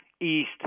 east